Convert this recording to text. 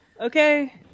okay